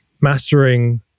mastering